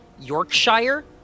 Yorkshire